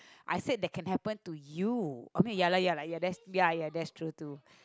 I said that can happen to you I mean ya lah ya lah ya that's ya ya that's true too